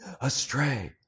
astray